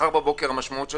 המשמעות של